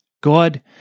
God